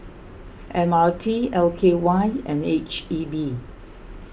M R T L K Y and H E B